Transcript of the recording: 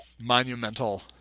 monumental